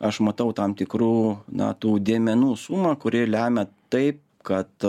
aš matau tam tikrų na tų dėmenų sumą kuri lemia taip kad